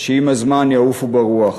שעם הזמן יעופו ברוח.